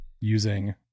using